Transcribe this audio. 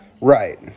Right